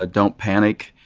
ah don't panic.